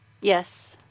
Yes